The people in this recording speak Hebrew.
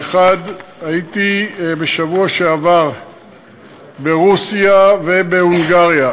האחד, הייתי בשבוע שעבר ברוסיה ובהונגריה,